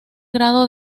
grado